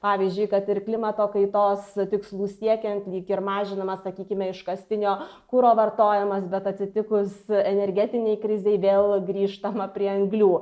pavyzdžiui kad ir klimato kaitos tikslų siekiant lyg ir mažinama sakykime iškastinio kuro vartojimas bet atsitikus energetinei krizei vėl grįžtama prie anglių